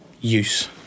use